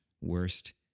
worst